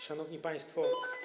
Szanowni Państwo!